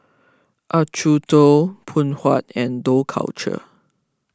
Acuto Phoon Huat and Dough Culture